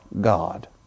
God